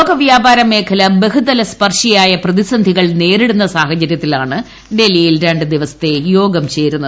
ലോകവ്യാപാര മേഖല ബഹുതല സ്പർശിയായ പ്രതിസന്ധികൾ നേരിടുന്ന സാഹചര്യത്തിലാണ് ഡൽഹിയിൽ ര ് ദിവസത്തെ യോഗം ചേരുന്നത്